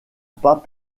pas